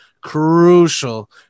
crucial